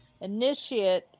initiate